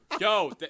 yo